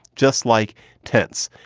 just like tense.